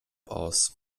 aus